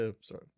sorry